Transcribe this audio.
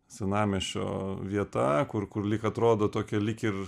senamiesčio vieta kur kur lyg atrodo tokia lyg ir